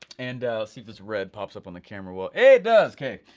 and see if this red pops up on the camera, well ay, it does, kay.